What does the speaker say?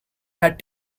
had